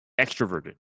extroverted